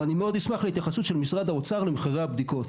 אני מאוד אשמח להתייחסות של משרד האוצר למחירי הבדיקות.